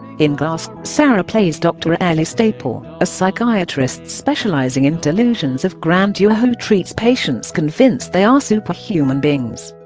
in glass, sarah plays dr ellie staple, a psychiatrist specialising in delusions of grandeur who treats patients convinced they are superhuman beings